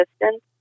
distance